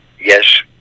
yes